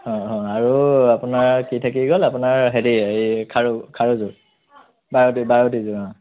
হ হ আৰু আপোনাৰ কি থাকি গ'ল আপোনাৰ হেৰি এই খাৰু খাৰুযোৰ বাৰুৱতি বাৰুৱতিযোৰ অ